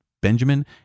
Benjamin